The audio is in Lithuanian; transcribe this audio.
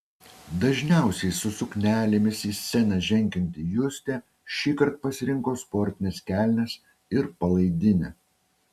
dažniausiai su suknelėmis į sceną žengianti justė šįkart pasirinko sportines kelnes ir palaidinę